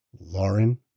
Lauren